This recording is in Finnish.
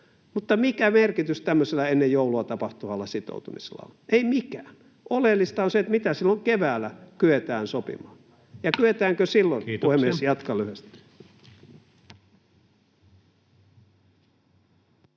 Mutta mikä merkitys tämmöisellä ennen joulua tapahtuvalla sitoutumisella on? Ei mikään. Oleellista on se, mitä silloin keväällä kyetään sopimaan [Pia Viitasen välihuuto] ja